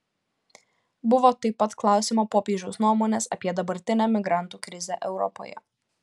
buvo taip pat klausiama popiežiaus nuomonės apie dabartinę migrantų krizę europoje